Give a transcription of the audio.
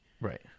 right